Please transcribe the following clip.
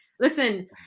Listen